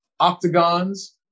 octagons